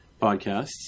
podcasts